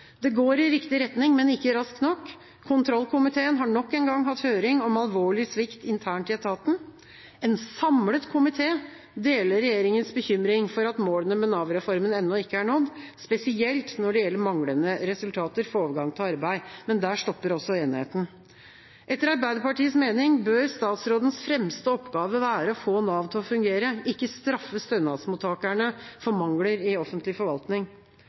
Det går i riktig retning, men ikke raskt nok. Kontroll- og konstitusjonskomiteen har nok en gang hatt høring om alvorlig svikt internt i etaten. En samlet komité deler regjeringas bekymring om at målene med Nav-reformen ennå ikke er nådd, spesielt når det gjelder manglende resultater for overgang til arbeid. Men der stopper også enigheten. Etter Arbeiderpartiets mening bør statsrådens fremste oppgave være å få Nav til å fungere – ikke å straffe stønadsmottakerne for mangler i offentlig forvaltning.